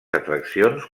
atraccions